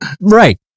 Right